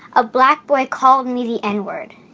a black boy called me the n word.